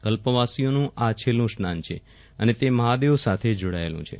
કલ્પવાસીઓનું આ છેલ્લુ સ્નાન છે અને તે મહાદેવ સાથે જોડાયેલુ છે